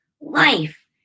life